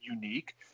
unique